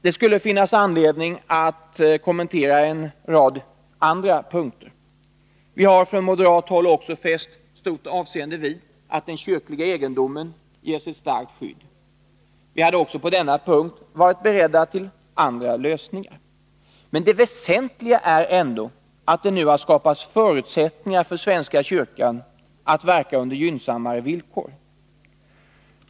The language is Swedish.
Det skulle finnas anledning att kommentera en rad andra punkter. Vi har från moderat håll också fäst stort avseende vid att den kyrkliga egendomen ges ett starkt skydd. Vi hade också på denna punkt varit beredda till andra lösningar. Men det väsentliga är ändå att det nu har skapats förutsättningar för svenska kyrkan att verka under gynnsammare villkor.